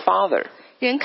Father